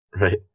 Right